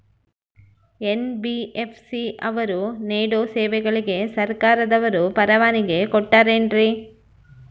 NBFC ಅವರು ನೇಡೋ ಸೇವೆಗಳಿಗೆ ಸರ್ಕಾರದವರು ಪರವಾನಗಿ ಕೊಟ್ಟಾರೇನ್ರಿ?